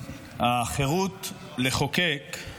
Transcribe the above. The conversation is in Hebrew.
החירות לחוקק,